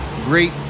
great